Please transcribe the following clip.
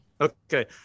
okay